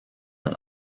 man